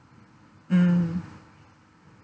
mm